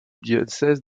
diocèse